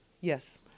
Yes